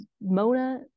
Mona